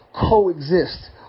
coexist